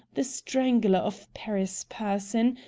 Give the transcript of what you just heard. the strangler of paris person,